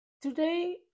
today